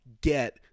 get